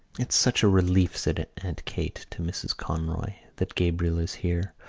it's such a relief, said aunt kate to mrs. conroy, that gabriel is here.